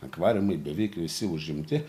akvariumai beveik visi užimti